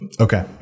Okay